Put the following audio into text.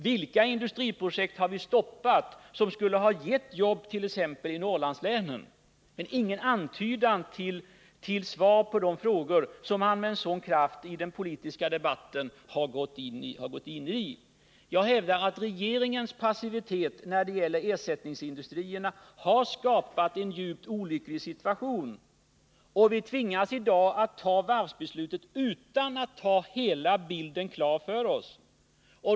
Vilka industriprojekt har vi stoppat som skulle ha gett jobb t.ex. i Norrlandslänen? Jag fick ingen antydan till svar beträffande de frågeställningarna, som han med sådan kraft har fört fram i den politiska debatten. Jag hävdar att regeringens passivitet när det gäller ersättningsindustrier har skapat en djupt olycklig situation. Vi tvingas i dag att fatta beslutet om varven utan att ha hela bilden klar för oss.